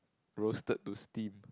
roasted to steam